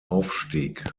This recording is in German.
aufstieg